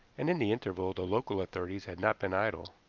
and in the interval the local authorities had not been idle.